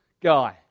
guy